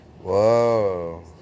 Whoa